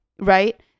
Right